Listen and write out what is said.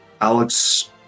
Alex